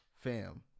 Fam